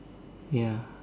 ya